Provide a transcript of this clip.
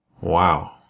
Wow